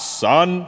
son